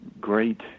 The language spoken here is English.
Great